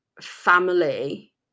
family